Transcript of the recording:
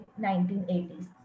1980s